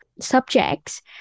subjects